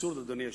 אדוני היושב-ראש,